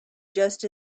just